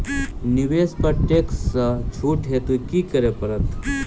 निवेश पर टैक्स सँ छुट हेतु की करै पड़त?